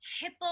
hippo